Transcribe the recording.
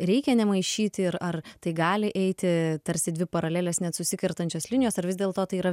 reikia nemaišyti ir ar tai gali eiti tarsi dvi paralelės nes susikertančios linijos ar vis dėlto tai yra